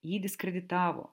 jį diskreditavo